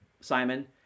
Simon